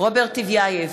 רוברט טיבייב,